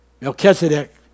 Melchizedek